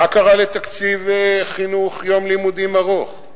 מה קרה לתקציב יום חינוך ארוך?